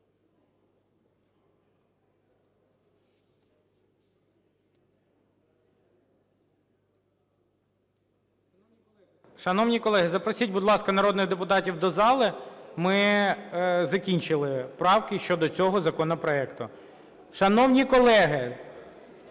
Шановні колеги, запросіть, будь ласка, народних депутатів до зали. Ми закінчили правки щодо цього законопроекту. Шановні колеги!